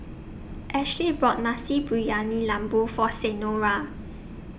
Ashley bought Nasi Briyani Lembu For Senora